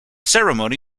ceremony